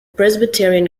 presbyterian